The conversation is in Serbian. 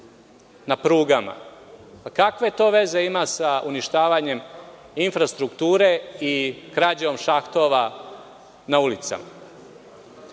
na prugama. Kakve to veze ima sa uništavanjem infrastrukture i krađom šahtova na ulicama?S